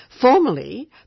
Formally